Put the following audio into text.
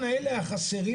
לא, אבל מוני לא התייחס,